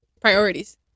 Priorities